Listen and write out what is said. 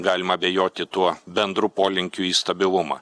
galima abejoti tuo bendru polinkiu į stabilumą